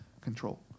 control